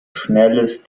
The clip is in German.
schnelles